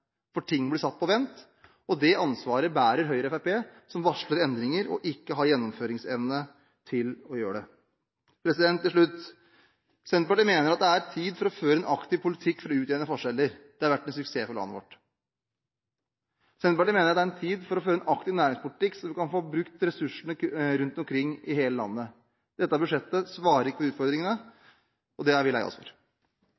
fordi ting blir satt på vent. Det ansvaret bærer Høyre og Fremskrittspartiet, som varsler endringer, men som ikke har gjennomføringsevne. Til slutt: Senterpartiet mener at det er tid for å føre en aktiv politikk for å utjevne forskjeller. Det har vært en suksess for landet vårt. Senterpartiet mener det er tid for å føre en aktiv næringspolitikk, så vi kan få brukt ressursene rundt omkring i hele landet. Dette budsjettet svarer ikke på utfordringene,